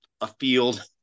afield